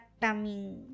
tummy